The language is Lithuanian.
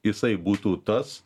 jisai būtų tas